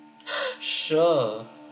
sure